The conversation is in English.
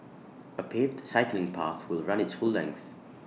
A paved cycling path will run its full length